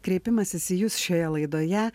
kreipimasis į jus šioje laidoje